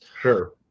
Sure